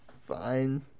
Fine